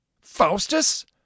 faustus